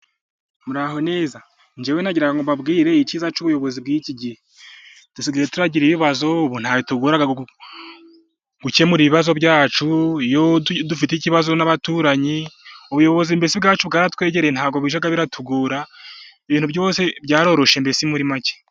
Muraho neza! njyewe nagira ngo mbabwire icyiza cy 'ubuyobozi bw'iki gihe, dusigaye tugira ibibazo, ubu ntabwo bijya bitugora, ubuyobozi bwacu bukabikemura, ibibazo byacu dufite, ikibazo n'abaturanyi ubuyobozi mbese ubwacu bwaratwegereye, ntabwo bujya bitugora, ibintu byaroroshye mbese muri make.